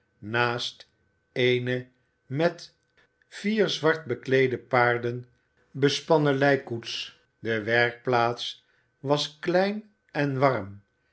naast eene met vier zwart bekleede paarden bespannen lijkkoets de werkplaats was klein en warm